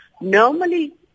Normally